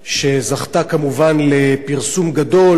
שזכתה כמובן לפרסום גדול,